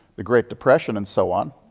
the great depression and so on.